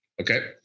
Okay